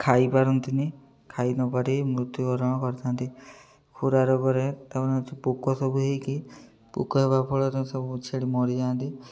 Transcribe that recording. ଖାଇପାରନ୍ତିନି ଖାଇ ନ ପାରି ମୃତ୍ୟୁବରଣ କରିଥାନ୍ତି ଖୁରା ରୋଗରେ ତା'ପରେ ପୋକ ସବୁ ହେଇକି ପୋକ ହେବା ଫଳରେ ସବୁ ଛେଳି ମରିଯାଆନ୍ତି